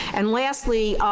and lastly,